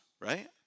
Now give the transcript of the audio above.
right